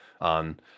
on